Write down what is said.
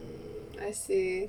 I see